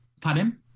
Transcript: Pardon